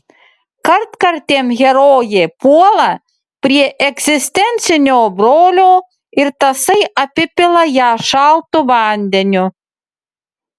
kartkartėm herojė puola prie egzistencinio brolio ir tasai apipila ją šaltu vandeniu